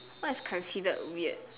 what is considered weird